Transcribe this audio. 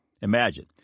Imagine